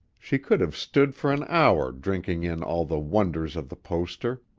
she could have stood for an hour drinking in all the wonders of the poster,